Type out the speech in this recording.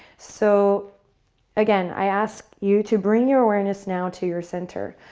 so again, i ask you to bring your awareness now to your center,